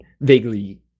vaguely